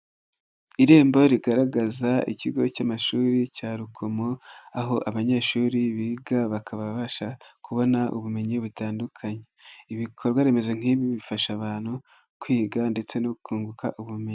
Irembo rigaragaza ikigo cy'amashuri cya rukomo, aho abanyeshuri biga bakabasha kubona ubumenyi butandukanye. lbikorwaremezo nk'ibi bifasha abantu kwiga ndetse no kunguka ubumenyi.